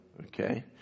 Okay